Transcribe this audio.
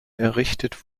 errichtet